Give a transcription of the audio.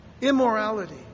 immorality